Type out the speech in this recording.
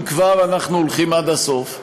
אם כבר אנחנו הולכים עד הסוף?